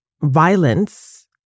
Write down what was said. violence